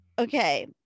Okay